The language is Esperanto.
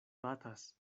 batas